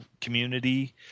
community